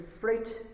fruit